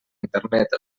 internet